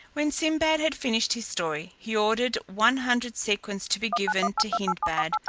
when sinbad had finished his story, he ordered one hundred sequins to be given to hindbad,